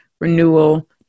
renewal